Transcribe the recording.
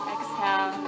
Exhale